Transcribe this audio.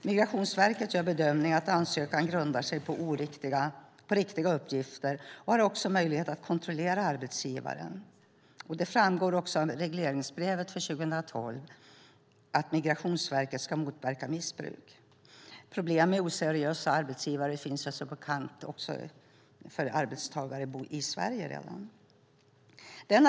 Migrationsverket gör bedömningen att ansökan grundar sig på riktiga uppgifter och har också möjlighet att göra kontroller av arbetsgivaren. Det framgår av regleringsbrevet för 2012 att Migrationsverket ska motverka missbruk. Problem med oseriösa arbetsgivare finns som bekant också för arbetstagare i Sverige.